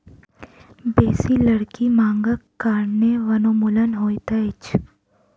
बेसी लकड़ी मांगक कारणें वनोन्मूलन होइत अछि